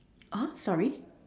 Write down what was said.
ah sorry